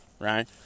right